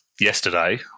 yesterday